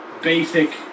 basic